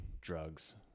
drugs